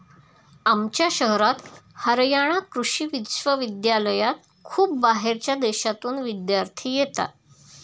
आमच्या शहरात हरयाणा कृषि विश्वविद्यालयात खूप बाहेरच्या देशांतून विद्यार्थी येतात